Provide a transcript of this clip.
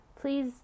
please